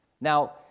Now